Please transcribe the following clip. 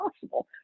possible